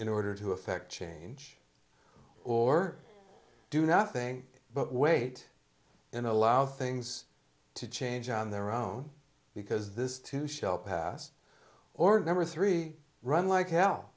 in order to effect change or do nothing but wait and allow things to change on their own because this too shall pass or number three run like hell